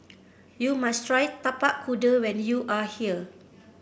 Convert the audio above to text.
you must try Tapak Kuda when you are here